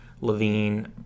Levine